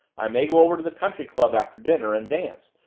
i may go over to the country club after dinner and dance.